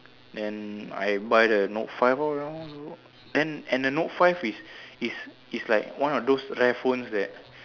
then I buy the note-five lor then and the note-five is is is like one of those rare phones that like